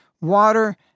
water